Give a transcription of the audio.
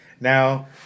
now